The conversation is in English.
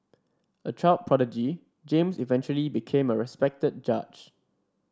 a child prodigy James eventually became a respected judge